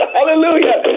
Hallelujah